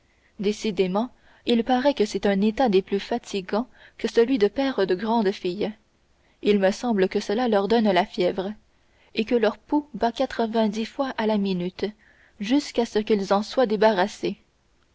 décidément il paraît que c'est un état des plus fatigants que celui de père de grandes filles il me semble que cela leur donne la fièvre et que leur pouls bat quatre-vingt-dix fois à la minute jusqu'à ce qu'ils en soient débarrassés